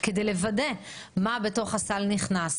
כדי לוודא מה בתוך הסל נכנס,